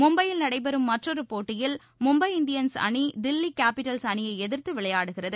மும்பையில் நடைபெறும் மற்றொருபோட்டியில் மும்பை இந்தியன்ஸ் அணி தில்லிகேப்பிடல் அணியைஎதிர்த்துவிளையாடுகிறது